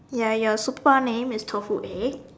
ya your super name is tofu egg